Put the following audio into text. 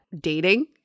dating